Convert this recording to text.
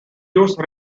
use